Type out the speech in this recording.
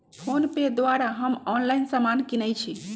PhonePe द्वारा हम online समान किनइ छी